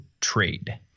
trade